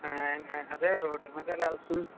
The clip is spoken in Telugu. అదే రోడ్ మీద అలా వెళ్తుంటే